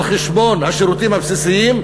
על חשבון השירותים הבסיסיים,